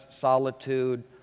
solitude